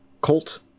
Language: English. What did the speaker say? Colt